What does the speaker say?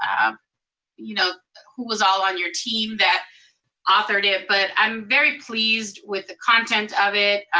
um you know who was all on your team that authored it. but i'm very pleased with the content of it.